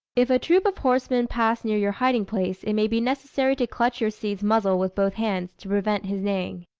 if a troop of horsemen pass near your hiding-place, it may be necessary to clutch your steed's muzzle with both hands, to prevent his neighing.